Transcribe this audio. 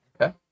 Okay